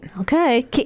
Okay